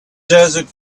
desert